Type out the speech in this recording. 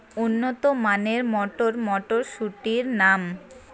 উন্নত মানের মটর মটরশুটির নাম?